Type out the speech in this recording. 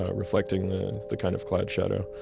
ah reflecting the the kind of cloud shadow.